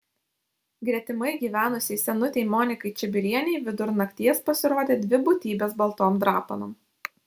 gretimai gyvenusiai senutei monikai čibirienei vidur nakties pasirodė dvi būtybės baltom drapanom